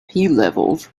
levels